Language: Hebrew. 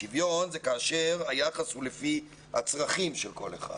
שיוון זה כאשר היחס הוא לפי הצרכים של כל אחד,